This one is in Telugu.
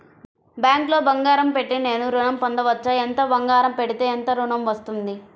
బ్యాంక్లో బంగారం పెట్టి నేను ఋణం పొందవచ్చా? ఎంత బంగారం పెడితే ఎంత ఋణం వస్తుంది?